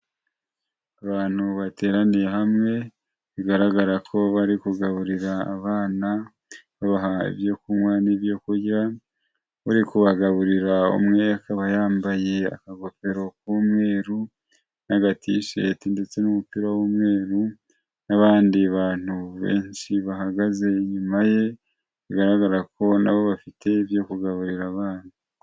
Abantu bateraniye hamwe, bigaragara ko bari kugaburira abana babaha ibyo kunywa n'ibyo kurya, uri kubagaburira umwe akaba yambaye akagofero k'umweru n'agatisheti ndetse n'umupira w'umweru, n'abandi bantu benshi bahagaze inyuma ye, bigaragara ko na bo bafite ibyo kugaburira abana.